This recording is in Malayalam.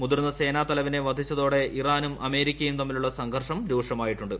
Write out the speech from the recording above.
മുതിർന്ന സേനാ തലവനെ വധിച്ചതോടെ ഇറാനും അമേരിക്കയും തമ്മിലുള്ള സംഘർഷം രൂക്ഷമായിട്ടുണ്ട്